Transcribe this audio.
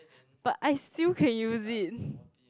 but I still can use it